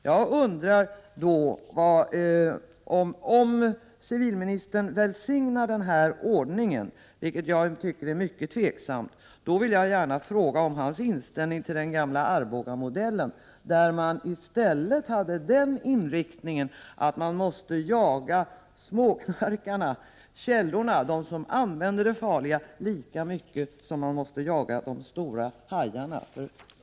Jag undrar då om civilministern välsignar denna ordning, vilket jag tycker är tveksamt. Jag vill gärna få veta civilministerns inställning till den gamla Arbogamodellen, där inriktningen i stället var att man måste jaga småknarkarna, källorna, dem som använder det farliga lika mycket som man jagar de stora hajarna.